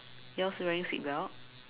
yours wearing seatbelt